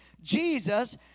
Jesus